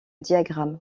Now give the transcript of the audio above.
diagramme